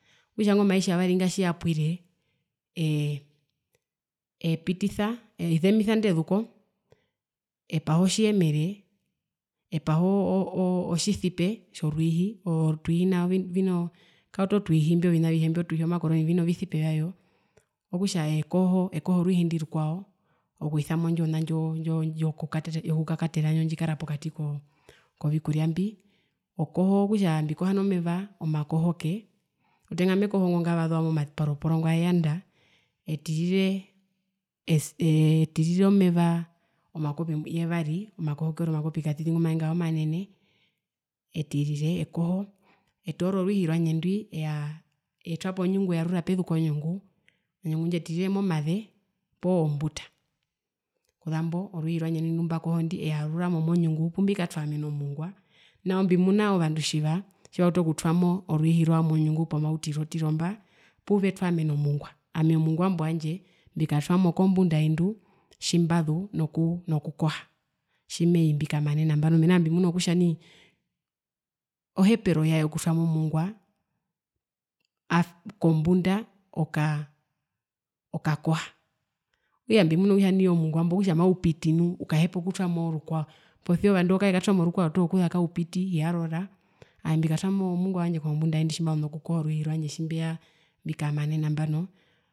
Okutja ingo metjavari nga tjiyapwire epitisa ezemisa indezuko epaha otjiyemere epahoo oo oo tjisipe tjorwiihi otwihi nao kaoto twiihi ovina avihe mbyo otwiihi omakoroni vino visipe vyayo, okutja ekoho orwiihi ndwi rukwao okuwisamo ona ndjo yo ndjo yokuka kakateta ndji kakara pokati kovikuryaa mbi okoho okutja mbikoha nomeva omakohoke rutenga mekoho ngavasewamo viporoporo ngo aeyanda etirire etirire omeva omakopi yevari omakohoke uriri omakopi ngumaengara katiti omanene etirire ekoho, etoora orwiihi rwandje indwi eyaa etwapo nyungu eyarura pezuko nyungu, onyungu ndji etirire momaze poo ombuta kuzambo orwiihi rwandje ndumbakoho ndwi eyaruramo monyungu opumbikatwamena omongwa nao mbimuna ovandu tjiva tjautu okutwamo rwiihi rwao monyungu pomautiro tiro mba opuvetwamera omongwa ami omongwa imbo wandje mbikatwamo kmbunda yaindu tjimbazu noku nokukoha tjimeii mbikamane nambano menaa mbimuna kutja nai ohepero yae yokutwamo mongwa afaaa kombuunda oka okakoha okutja mbimuna kutja nai omongwambo okutja maupiti nu okahepa okutwamo rukwao posia ovandu kavekatwamo rukwao kuza kaupiti hiyarora ami mbikatwamo mongwa wandje kombunda yaindi tjimbazu nokukoha orwiihi rwandje tjimbeya mbikamane nambano